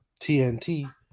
TNT